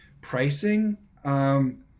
pricing